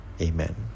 Amen